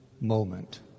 moment